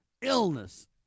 illness